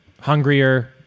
hungrier